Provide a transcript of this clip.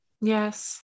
Yes